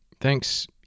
Thanks